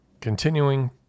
continuing